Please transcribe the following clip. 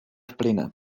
plyne